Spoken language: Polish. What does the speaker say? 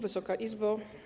Wysoka Izbo!